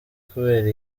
kubera